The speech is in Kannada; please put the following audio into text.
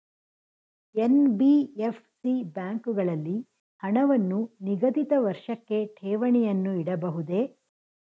ಎನ್.ಬಿ.ಎಫ್.ಸಿ ಬ್ಯಾಂಕುಗಳಲ್ಲಿ ಹಣವನ್ನು ನಿಗದಿತ ವರ್ಷಕ್ಕೆ ಠೇವಣಿಯನ್ನು ಇಡಬಹುದೇ?